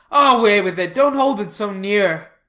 away with it! don't hold it so near.